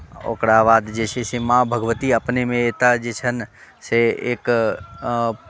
ओकरा बाद जे छै से माँ भगवती अपनेमे एतय जे छनि से एक